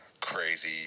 crazy